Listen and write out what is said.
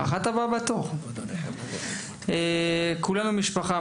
מנכ"לית כולנו משפחה,